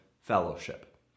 fellowship